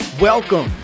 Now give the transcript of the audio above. Welcome